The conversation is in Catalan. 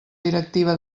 directiva